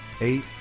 Eight